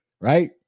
Right